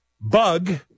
bug